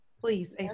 Please